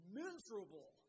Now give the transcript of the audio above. miserable